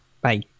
bye